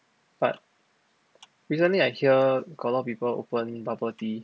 but recently I hear got a lot of people open bubble tea